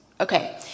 Okay